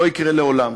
לא יקרה לעולם.